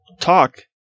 talk